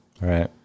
right